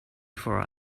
for